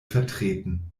vertreten